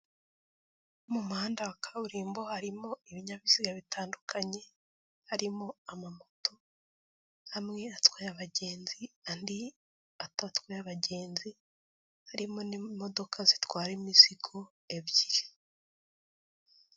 Mu muhanda wa kaburimbo harimo ibinyabiziga bitandukanye, harimo amamoto amwe atwaye abagenzi, andi adatwaye abagenzi harimo n'imodoka zitwara imizigo ebyiri.